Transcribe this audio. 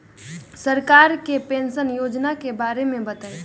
सरकार के पेंशन योजना के बारे में बताईं?